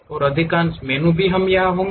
और अधिकांश मेनू हम यहाँ होंगे